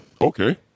Okay